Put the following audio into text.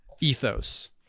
ethos